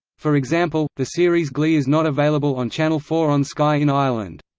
for example, the series glee is not available on channel four on sky in ireland.